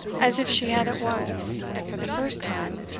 as if she had at once, and for the first time,